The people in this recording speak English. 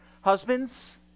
Husbands